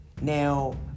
Now